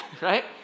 right